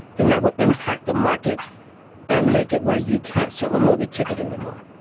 then that will impact the market and make it where you can't sell a movie ticket anymore.